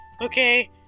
okay